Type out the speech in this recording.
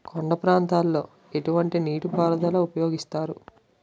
కొండ ప్రాంతాల్లో ఎటువంటి నీటి పారుదల ఉపయోగిస్తారు?